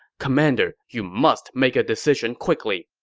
commander, you must make a decision quickly.